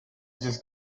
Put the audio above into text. just